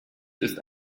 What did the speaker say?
ist